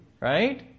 right